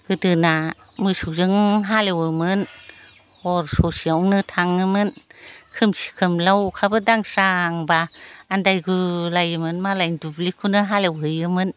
गोदोना मोसौजों हालएवोमोन हर ससेयावनो थाङोमोन खोमसि खोमलाव अखाफोर दांनस्रां बा आनदायगुलायोमोन मालायनि दुब्लिखौनो हालएवहैयोमोन